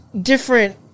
Different